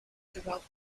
throughout